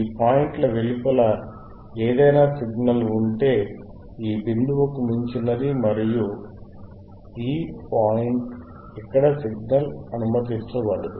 ఈ పాయింట్ల వెలుపల ఏదైనా సిగ్నల్ అంటే ఈ బిందువుకు మించినది మరియు ఈ పాయింట్ ఇక్కడ సిగ్నల్ అనుమతించబడదు